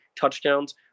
touchdowns